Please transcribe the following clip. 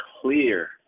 clear